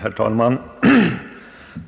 Herr talman!